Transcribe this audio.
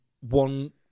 one